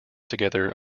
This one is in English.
together